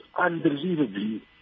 unbelievably